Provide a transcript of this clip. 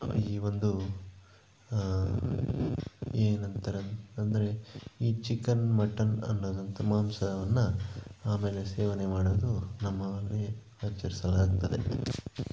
ಈ ಒಂದು ಏನಂತಾರೆ ಅಂದರೆ ಈ ಚಿಕನ್ ಮಟನ್ ಅನ್ನೋದಂತು ಮಾಂಸವನ್ನು ಆಮೇಲೆ ಸೇವನೆ ಮಾಡೋದು ನಮ್ಮ ಅಲ್ಲಿ ಆಚರಿಸಲಾಗ್ತದೆ